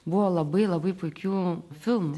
buvo labai labai puikių filmų